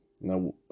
Now